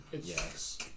Yes